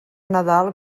nadal